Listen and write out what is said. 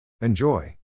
Enjoy